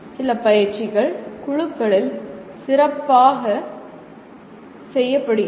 சில பயிற்சிகள் குழுக்களில் சிறப்பாக செய்யப்படுகின்றன